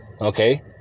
Okay